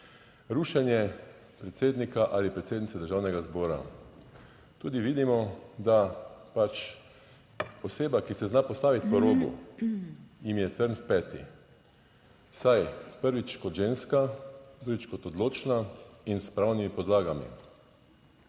rušenje predsednika ali predsednice Državnega zbora. Tudi vidimo, da pač oseba, ki se zna postaviti po robu, jim je trn v peti, saj prvič kot ženska, drugič kot odločna in s pravnimi podlagami.